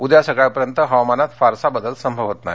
उद्या सकाळपर्यंत हवामानात फारसा बदल संभवत नाही